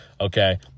Okay